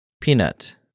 Peanut